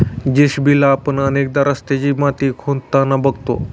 JCB ला आपण अनेकदा रस्त्याची माती खोदताना बघतो